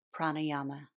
pranayama